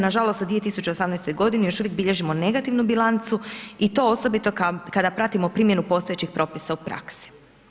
Nažalost u 2018.g. još uvijek bilježimo negativnu bilancu i to osobito kada pratimo primjenu postojećih propisa u praksi.